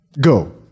Go